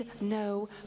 no